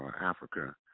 Africa